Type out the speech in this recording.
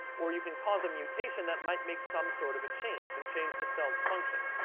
or you can cause a mutation that might make some sort of a change and change the cell's function.